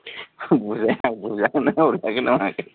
बुजानानै हरजाखोना माखो